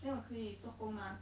then 我可以做工 mah